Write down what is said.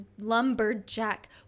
lumberjack